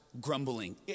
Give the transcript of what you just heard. grumbling